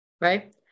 right